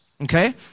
Okay